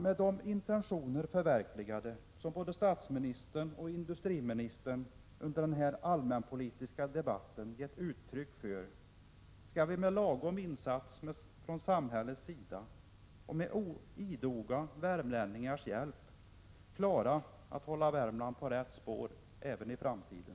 Med de intentioner förverkligade som både statsministern och industriministern under denna allmänpolitiska debatt gett uttryck för, skall vi med lagom insats från samhällets sida och med idoga värmlänningars hjälp klara av att hålla Värmland på rätt spår även i framtiden.